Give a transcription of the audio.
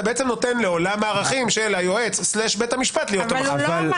אתה נותן לעולם הערכים של היועץ/בית המשפט להיות המכריע.